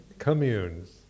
Communes